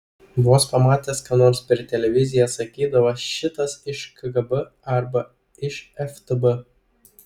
vos pamatęs ką nors per televiziją sakydavo šitas iš kgb arba iš ftb